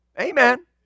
Amen